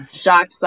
Shocked